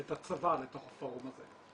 את הצבא לתוך הפורום הזה.